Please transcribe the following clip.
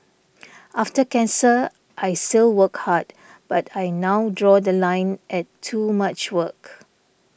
after cancer I still work hard but I now draw The Line at too much work